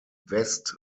west